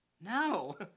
No